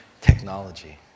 Technology